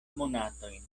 monatojn